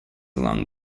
along